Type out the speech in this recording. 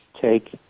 take